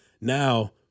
Now